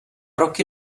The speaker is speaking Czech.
roky